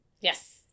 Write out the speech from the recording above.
Yes